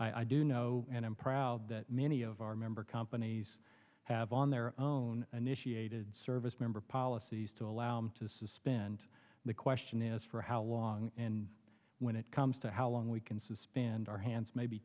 i do know and i'm proud that many of our member companies have on their own an issue a good service member policies to allow them to suspend the question is for how long and when it comes to how long we can suspend our hands may be